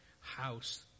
house